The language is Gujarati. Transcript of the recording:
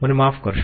મને માફ કરશો